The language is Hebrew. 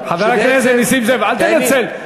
באמון, חבר הכנסת נסים זאב, אל תנצל.